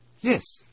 Yes